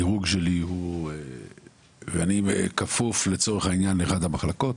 ולצורך העניין, אני כפוף לאחת המחלקות.